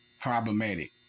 problematic